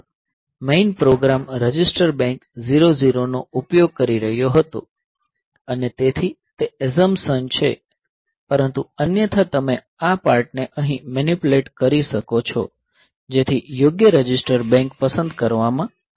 main program register bank 00 નો ઉપયોગ કરી રહ્યો હતો અને તેથી તે એઝંપશન છે પરંતુ અન્યથા તમે આ પાર્ટ ને અહીં મેનીપ્યુલેટ કરી શકો છો જેથી યોગ્ય રજિસ્ટર બેંક પસંદ કરવામાં આવે